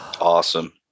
Awesome